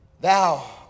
Thou